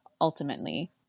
Ultimately